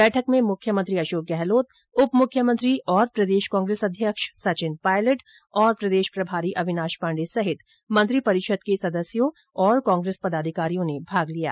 बैठक में मुख्यमंत्री अशोक गहलोत उपमुख्यमंत्री और प्रदेश कांग्रेस अध्यक्ष सचिन पायलट और प्रदेश प्रभारी अविनाश पांडे समेत मंत्रीपरिषद के सदस्यों और कांग्रेस पदाधिकारियों ने भाग लिया